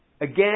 again